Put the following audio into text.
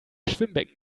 schwimmbecken